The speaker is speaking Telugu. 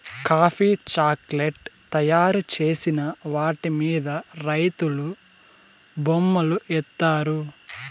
కాఫీ చాక్లేట్ తయారు చేసిన వాటి మీద రైతులు బొమ్మలు ఏత్తారు